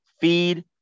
feed